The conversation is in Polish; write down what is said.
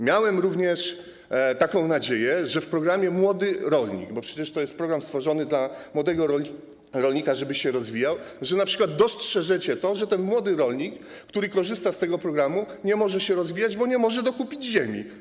Miałem również nadzieję, że w programie: młody rolnik - bo przecież to jest program stworzony dla młodego rolnika po to, żeby się rozwijał - dostrzeżecie np. to, że ten młody rolnik, który korzysta z tego programu, nie może się rozwijać, bo nie może dokupić ziemi.